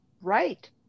Right